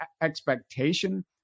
expectation